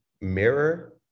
mirror